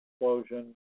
explosion